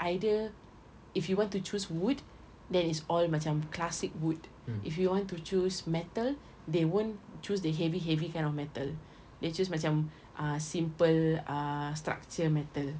either if you want to choose wood then it's all macam classic wood if you want to choose metal they won't choose the heavy heavy kind of metal they choose macam ah simple ah structure metal